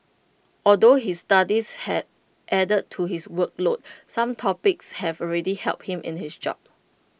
although his studies have added to his workload some topics have already helped him in his job